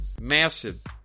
massive